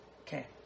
Okay